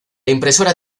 impresora